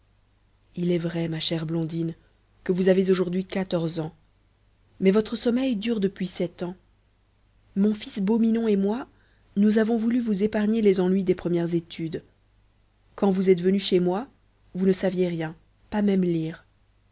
il est vrai ma chère blondine que vous avez aujourd'hui quatorze ans mais votre sommeil dure depuis sept ans mon fils beau minon et moi nous avons voulu vous épargner les ennuis des premières études quand vous êtes venue chez moi vous ne saviez rien pas même lire